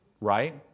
Right